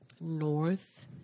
north